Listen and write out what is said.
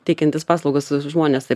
teikiantys paslaugas žmonės tai